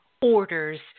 orders